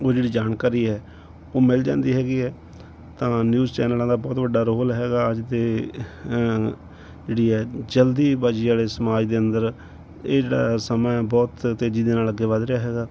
ਉਹ ਜਿਹੜੀ ਜਾਣਕਾਰੀ ਹੈ ਉਹ ਮਿਲ ਜਾਂਦੀ ਹੈਗੀ ਹੈ ਤਾਂ ਨਿਊਜ਼ ਚੈਨਲਾਂ ਦਾ ਬਹੁਤ ਵੱਡਾ ਰੋਲ ਹੈਗਾ ਅੱਜ ਦੇ ਜਿਹੜੀ ਹੈ ਜਲਦਬਾਜੀ ਵਾਲੇ ਸਮਾਜ ਦੇ ਅੰਦਰ ਇਹ ਜਿਹੜਾ ਸਮਾਂ ਬਹੁਤ ਤੇਜ਼ੀ ਦੇ ਨਾਲ ਅੱਗੇ ਵੱਧ ਰਿਹਾ ਹੈਗਾ